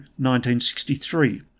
1963